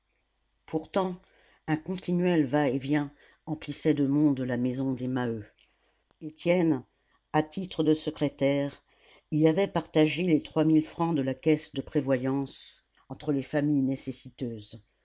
pourtant un continuel va-et-vient emplissait de monde la maison des maheu étienne à titre de secrétaire y avait partagé les trois mille francs de la caisse de prévoyance entre les familles nécessiteuses